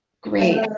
Great